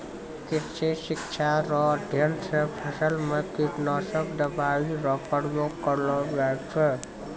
कृषि शिक्षा रो अध्ययन से फसल मे कीटनाशक दवाई रो प्रयोग करलो जाय छै